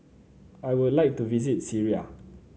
I would like to visit Syria